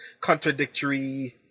contradictory